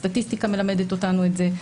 הסטטיסטיקה מלמדת אותנו את זה.